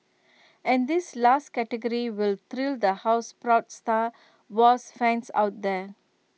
and this last category will thrill the houseproud star wars fans out there